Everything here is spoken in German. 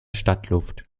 stadtluft